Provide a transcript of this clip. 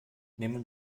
nehmen